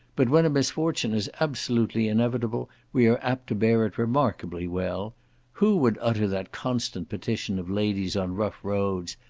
but when a misfortune is absolutely inevitable, we are apt to bear it remarkably well who would utter that constant petition of ladies on rough roads,